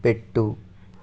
పెట్టు